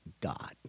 God